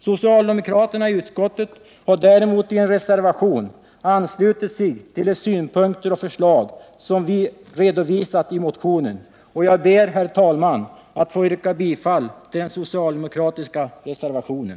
Socialdemokraterna i utskottet har däremot i en reservation anslutit sig till de synpunkter och förslag som vi framfört i motionen och jag ber därför, herr talman, att få yrka bifall till den socialdemokratiska reservationen.